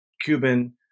Cuban